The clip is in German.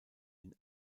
den